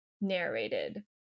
narrated